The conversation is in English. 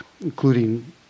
including